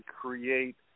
create